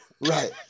right